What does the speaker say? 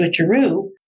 switcheroo